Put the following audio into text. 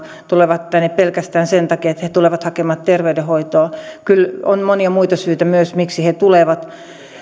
tulevat tänne pelkästään sen takia että he tulevat hakemaan terveydenhoitoa kyllä on monia syitä myös miksi he tulevat